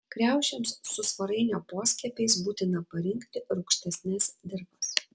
kriaušėms su svarainio poskiepiais būtina parinkti rūgštesnes dirvas